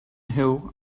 who